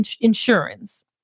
insurance